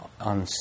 on